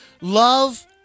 Love